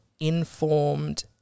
informed